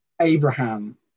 Abraham